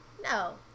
no